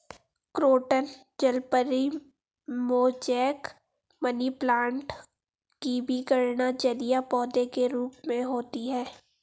croton जलपरी, mosaic, money plant की भी गणना जलीय पौधे के रूप में होती है